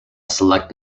select